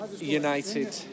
United